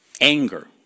Anger